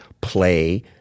play